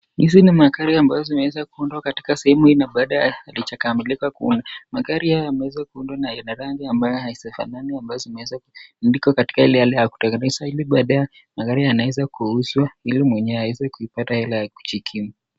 Hizo ni magari ambayo zimeweza kuondoka katika sehemu hii na baada ya alichokamilika kuona. Magari haya yameweza kuundwa na yana rangi ambayo hazifanani ambayo zimeweza kuandikwa katika ile hali ya kutengeneza ili baadaye magari yanaweza kuuzwa ili mwenyewe aweze kuipata hela ya kujikimu.